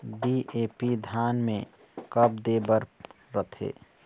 DAP धान मे कब दे बर रथे?